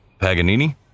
Paganini